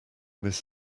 this